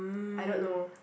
I don't know